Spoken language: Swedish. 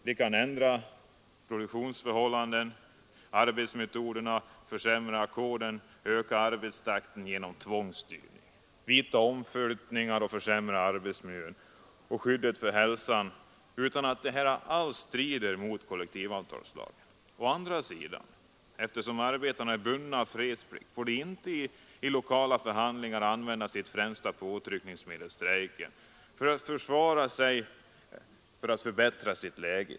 De kan ändra produktionsförhållandena och arbetsmetoderna, försämra ackorden, öka arbetstakten genom tvångsstyrning, vidta omflyttningar och försämra arbetsmiljön och skyddet för hälsan, utan att det därför strider mot kollektivavtalslagen. Men eftersom arbetarna är bundna av = fredsplikten får de inte i lokala förhandlingar använda sitt främsta påtryckningsmedel, strejken, för att försvara sig eller förbättra sitt läge.